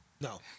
no